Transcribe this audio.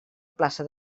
plaça